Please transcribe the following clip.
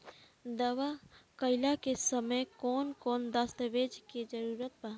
दावा कईला के समय कौन कौन दस्तावेज़ के जरूरत बा?